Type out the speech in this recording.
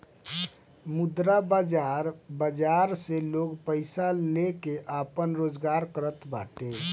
मुद्रा बाजार बाजार से लोग पईसा लेके आपन रोजगार करत बाटे